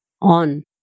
on